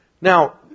Now